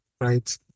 right